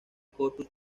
corpus